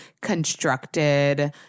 constructed